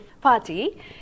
party